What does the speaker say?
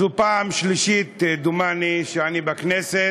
זו הפעם השלישית, דומני, מאז שאני בכנסת.